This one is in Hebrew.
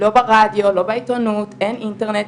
לא ברדיו, לא בעיתונות, אין אינטרנט,